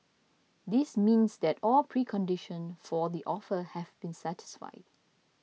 this means that all preconditions for the offer have been satisfied